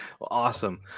Awesome